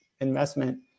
investment